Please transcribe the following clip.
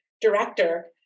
director